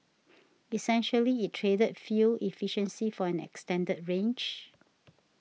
essentially it traded fuel efficiency for an extended range